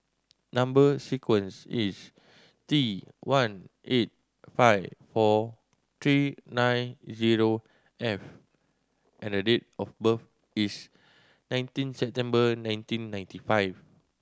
number sequence is T one eight five four three nine zero F and date of birth is nineteen September nineteen ninety five